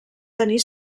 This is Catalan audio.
tenir